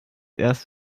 erst